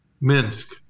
Minsk